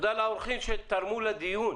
תודה לאורחים שתרמו לדיון.